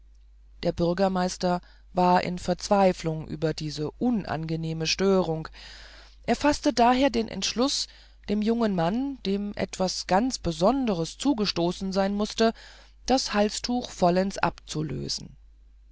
der bürgermeister war in verzweiflung über diese unangenehme störung er faßte daher den entschluß dem jungen mann dem etwas ganz besonderes zugestoßen sein mußte das halstuch vollends abzulösen